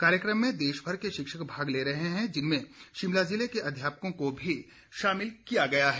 कार्यक्रम में देश भर के शिक्षक भाग ले रहे हैं जिसमें शिमला जिले के अध्यापकों को भी शामिल किया गया है